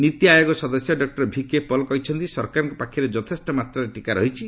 ନୀତି ଆୟୋଗ ସଦସ୍ୟ ଡକ୍କର ଭିକେପଲ୍ କହିଛନ୍ତି ସରକାରଙ୍କ ପାଖରେ ଯଥେଷ୍ଟ ମାତ୍ରାରେ ଟିକା ରହିଛି